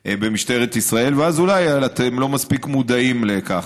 במשטרת ישראל, ואז אולי אתם לא מספיק מודעים לכך.